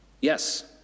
Yes